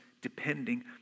depending